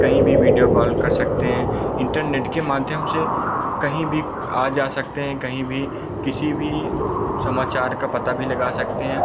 कहीं भी video call कर सकते हैं इन्टरनेट के माध्यम से कहीं भी आ जा सकते हैं कहीं भी किसी भी समाचार का पता भी लगा सकते हैं